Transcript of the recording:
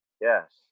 yes